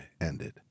ended